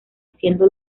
siendo